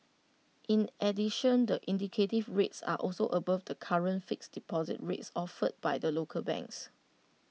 in addition the indicative rates are also above the current fixed deposit rates offered by the local banks